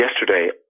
yesterday